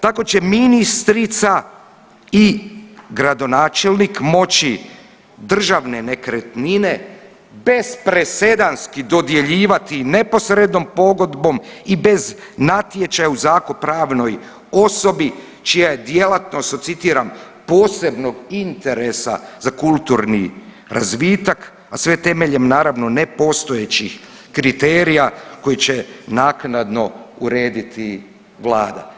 Tako će ministrica i gradonačelnik moći državne nekretnine bez presedanski dodjeljivali neposrednom pogodbom i bez natječaja u zakup pravnoj osobi čija je djelatnost citiram „posebnog interesa za kulturni razvitak“, a sve temeljem naravno nepostojećih kriterija koji će naknadno urediti vlada.